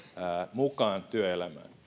mukaan työelämään